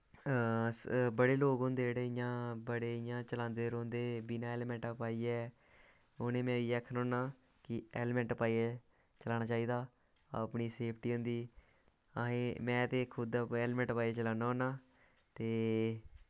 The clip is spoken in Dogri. बड़े लोग होंदे जेह्ड़े इं'या बड़े इं'या चलांदे रौहंदे बिना हेलमेटां पाइयै उ'नें गी में इ'यै आखना होन्ना कि हेलमेटां पाइयै चलाना चाहिदा अपनी सेफ्टी होंदी अहें में ते खुद आपें हेलमेट पाइयै चलाना होन्ना ते